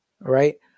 right